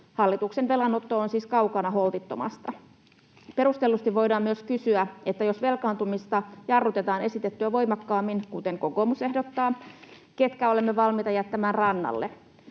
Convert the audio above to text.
Hallituksen velanotto on siis kaukana holtittomasta. Perustellusti voidaan myös kysyä, että jos velkaantumista jarrutetaan esitettyä voimakkaammin, kuten kokoomus ehdottaa, niin ketkä olemme valmiita jättämään rannalle.